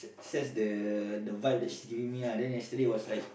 sense the the vibe that she is giving me lah then yesterday was like